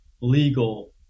legal